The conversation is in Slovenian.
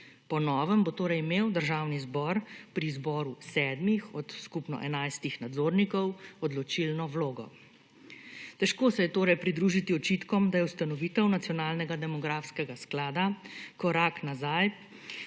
Po novem bo torej imel Državni zbor pri izboru sedmih od skupno enajstih nadzornikov odločilno vlogo. Težko se je torej pridružiti očitkom, da je ustanovitev nacionalnega demografskega sklada korak nazaj